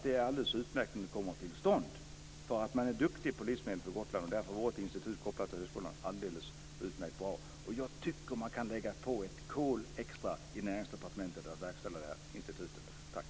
Det är alldeles utmärkt om det kommer till stånd. Man är duktig på livsmedel på Gotland. Därför vore ett institut kopplat till högskolan alldeles utmärkt bra. Jag tycker att man kan lägga på ett extra kol i Näringsdepartementet för att genomföra detta med institutet.